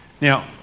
Now